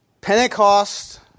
Pentecost